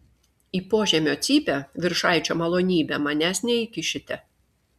į požemio cypę viršaičio malonybe manęs neįkišite